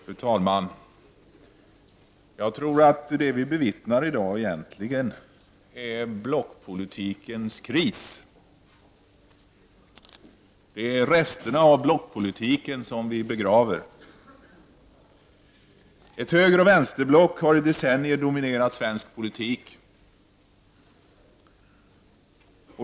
Fru talman! Jag tror att det vi bevittnar i dag egentligen är blockpolitikens kris. Det är resterna av blockpolitiken som vi begraver. Ett högeroch vänsterblock har i decennier dominerat svensk politik.